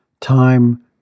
time